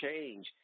change